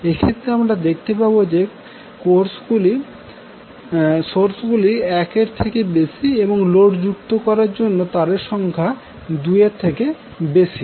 এক্ষেত্রে আমরা দেখতে পাবো যে কোর্স গুলি 1 এর থেকে বেশি এবং লোড যুক্ত করার জন্য তারের সংখ্যা 2 থেকে বেশি